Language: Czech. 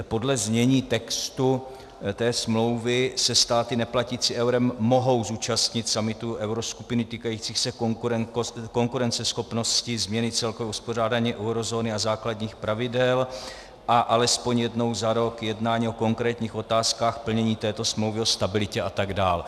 Podle znění textu té smlouvy se státy neplatící eurem mohou zúčastnit summitů euroskupiny týkajících se konkurenceschopnosti, změny celkového uspořádání eurozóny a základních pravidel a alespoň jednou za rok jednání o konkrétních otázkách plnění této smlouvy o stabilitě a tak dál.